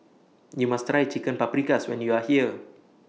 YOU must Try Chicken Paprikas when YOU Are here